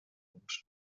punts